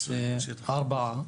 אז 4,